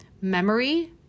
memory